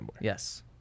Yes